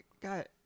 got